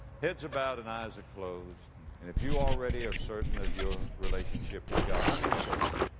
heads are bowed and eyes are closed. and if you already are certain of your relationship with god, i mean certain,